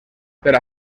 per